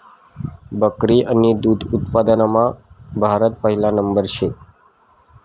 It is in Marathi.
बकरी आणि दुध उत्पादनमा भारत पहिला नंबरवर शे